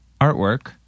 artwork